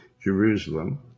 Jerusalem